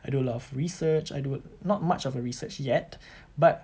I do a lot of research I do not much of a research yet but